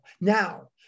Now